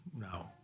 No